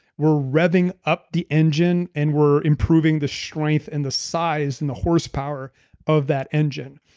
we're revving up the engine, and we're improving the strength and the size and the horsepower of that engine.